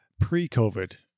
pre-covid